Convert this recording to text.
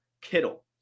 Kittle